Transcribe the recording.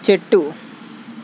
చెట్టు